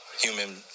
human